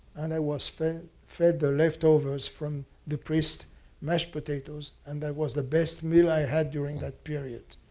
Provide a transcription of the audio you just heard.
and i was fed fed the leftovers from the priest's mashed potatoes. and that was the best meal i had during that period.